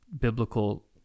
biblical